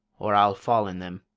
or i'll fall in them.